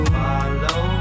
follow